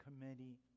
committee